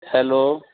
hello